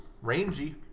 Rangy